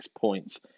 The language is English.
points